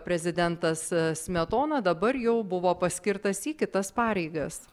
prezidentas smetona dabar jau buvo paskirtas į kitas pareigas